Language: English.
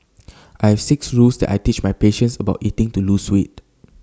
I have six rules that I teach my patients about eating to lose weight